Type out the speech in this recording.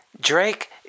Drake